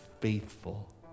faithful